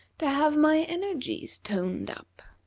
to have my energies toned up.